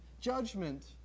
Judgment